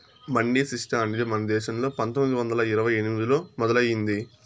mandi system అనేది మన దేశంలో పందొమ్మిది వందల ఇరవై ఎనిమిదిలో మొదలయ్యింది